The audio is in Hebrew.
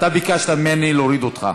אתה ביקשת ממני להוריד אותך,